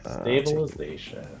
Stabilization